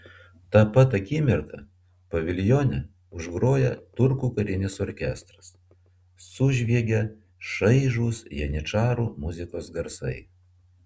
tą pat akimirką paviljone užgroja turkų karinis orkestras sužviegia šaižūs janyčarų muzikos garsai